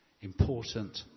important